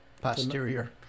Posterior